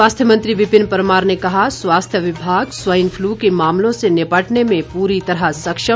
स्वास्थ्य मंत्री विपिन परमार ने कहा स्वास्थ्य विभाग स्वाइन फ्लू के मामलों से निपटने में पूरी तरह सक्षम